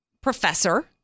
professor